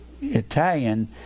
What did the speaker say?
Italian